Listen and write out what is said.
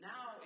Now